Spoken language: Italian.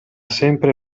sempre